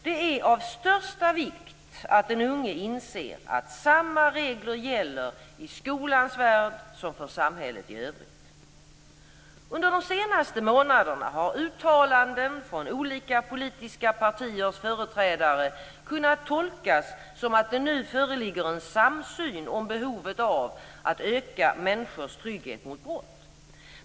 Det är av största vikt att den unge inser att samma regler gäller i skolans värld som för samhället i övrigt. Under de senaste månaderna har uttalanden från olika politiska partiers företrädare kunnat tolkas som att det nu föreligger en samsyn om behovet av att öka människors trygghet mot brott.